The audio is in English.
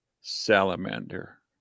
salamander